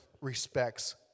respects